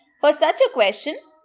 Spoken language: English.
for such a question,